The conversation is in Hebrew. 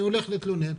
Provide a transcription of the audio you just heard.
אני הולך להתלונן,